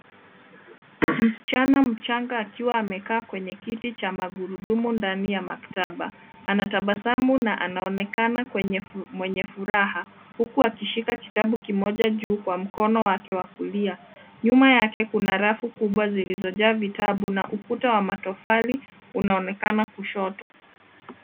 Msichana mchanga akiwa amekaa kwenye kiti cha magurudumu ndani ya maktaba. Anatabasamu na anaonekana kwenye, mwenye furaha, huku akishika kitabu kimoja juu kwa mkono wake wa kulia. Nyuma yake kuna rafu kubwa zilizojaa vitabu na ukuta wa matofali, unaonekana kushoto.